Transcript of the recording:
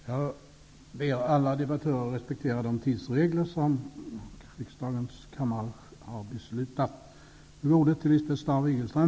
Jag ber alla debattörer respektera de tidsregler som riksdagens kammare har fattat beslut om.